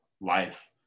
life